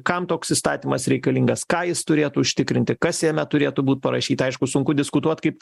kam toks įstatymas reikalingas ką jis turėtų užtikrinti kas jame turėtų būt parašyta aišku sunku diskutuot kaip